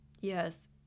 Yes